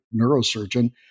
neurosurgeon